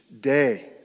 day